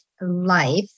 life